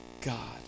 God